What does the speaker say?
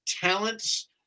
talents